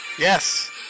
Yes